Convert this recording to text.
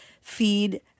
feed